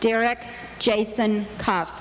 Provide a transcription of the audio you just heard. derek jason co